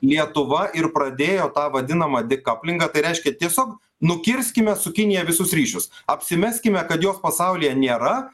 lietuva ir pradėjo tą vadinamą dekaplingą tai reiškia tiesiog nukirskime su kinija visus ryšius apsimeskime kad jos pasaulyje nėra